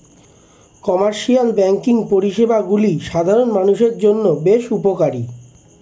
commercial banking পরিষেবাগুলি সাধারণ মানুষের জন্য বেশ উপকারী